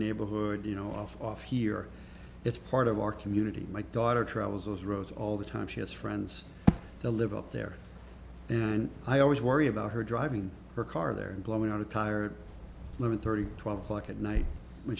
neighborhood you know off off here it's part of our community my daughter travels those roads all the time she has friends to live up there and i always worry about her driving her car there and blowing out a tire limit thirty twelve o'clock at night when